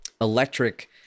electric